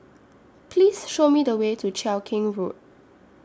Please Show Me The Way to Cheow Keng Road